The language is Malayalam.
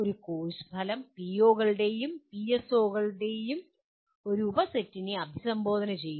ഒരു കോഴ്സ് ഫലം പിഒകളുടെയും പിഎസ്ഒകളുടെയും ഒരു ഉപസെറ്റിനെ അഭിസംബോധന ചെയ്യുന്നു